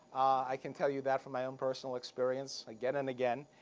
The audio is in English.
i can tell you that from my own personal experience. again and again,